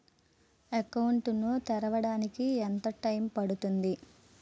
Account ను తెరవడానికి ఎంత టైమ్ పడుతుంది?